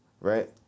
right